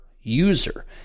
user